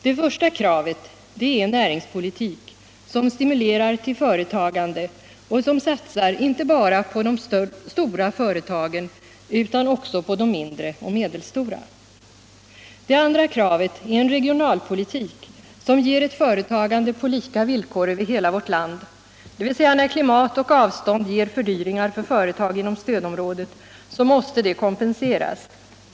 Det första kravet är en närimgspolitik som stimulerar till företagande och som satsar inte bara på de stora företagen utan också på de mindre och medelstora. Det andra kravet är en regionalpolitik som ger ett företagande på lika villkor över hela vårt land, dvs. kompenserar de fördyringar för företag inom stödområdet som uppstår på grund av klimat och avstånd.